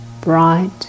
bright